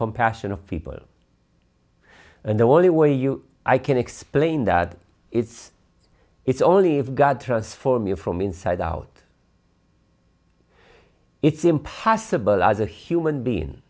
compassion of people and the only way you i can explain that it's it's only if god transforming from inside out it's impossible as a human being